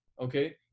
Okay